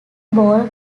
ball